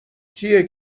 کیه